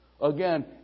Again